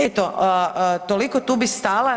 Eto, toliko, tu bih stala.